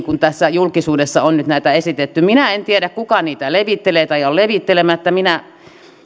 kuin julkisuudessa on nyt näitä esitetty minä en tiedä kuka niitä levittelee tai on levittelemättä minä